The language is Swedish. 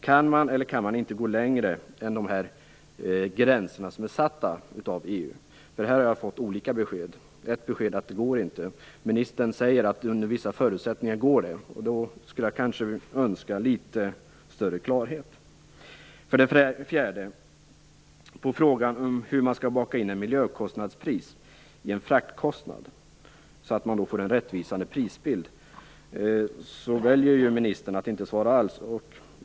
Kan man eller kan man inte gå längre än de gränser som är satta av EU? Här har jag fått olika besked. Ett besked är att det inte går. Ministern säger att det går under vissa förutsättningar. Jag skulle önska litet större klarhet. För det fjärde väljer ministern på frågan om hur man skall baka in ett miljökostnadspris i en fraktkostnad att inte svara alls.